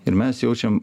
ir mes jaučiam